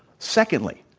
secondly,